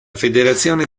federazione